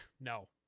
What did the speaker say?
No